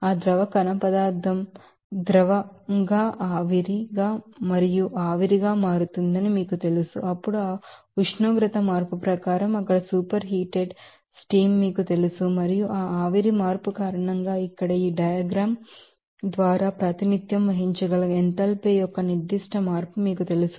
ఆ solid liquid పదార్థం గా మరియు లిక్విడ్ వేపర్గా మారుతుందని మీకు తెలుసు అప్పుడు ఆ ఉష్ణోగ్రత మార్పు ప్రకారం అక్కడ సూపర్ హీటెడ్ ఆవిరి మీకు తెలుసు మరియు ఆ ఆవిరి మార్పు కారణంగా ఇక్కడ ఈ డయాగ్రమ్ ద్వారా ప్రాతినిధ్యం వహించగల ఎంథాల్పీ యొక్క నిర్దిష్ట మార్పు మీకు తెలుసు